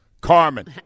Carmen